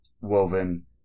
woven